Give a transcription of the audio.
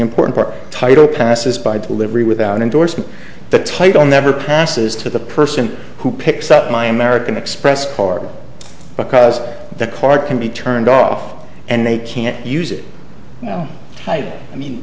important part title passes by delivery without endorsement the title never passes to the person who picks up my american express card because the card can be turned off and they can't use it i mean